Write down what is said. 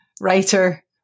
writer